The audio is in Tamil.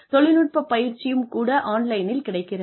ஆனால் தொழில்நுட்ப பயிற்சியும் கூட ஆன்லைனில் கிடைக்கிறது